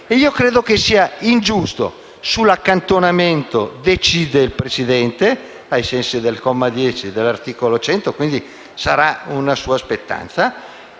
io credo che questo sia ingiusto. Sull'accantonamento decide il Presidente, ai sensi del comma 11 dell'articolo 100 del Regolamento, quindi sarà una sua spettanza.